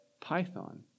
python